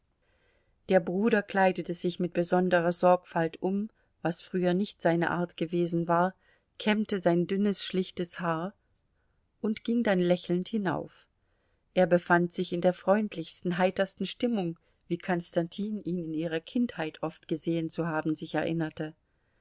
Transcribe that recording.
der bruder kleidete sich mit besonderer sorgfalt um was früher nicht seine art gewesen war kämmte sein dünnes schlichtes haar und ging dann lächelnd hinauf er befand sich in der freundlichsten heitersten stimmung wie konstantin ihn in ihrer kinderzeit oft gesehen zu haben sich erinnerte